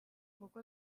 kuko